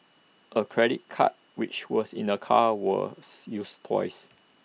A credit card which was in the car was used twice